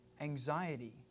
anxiety